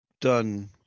done